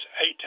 eight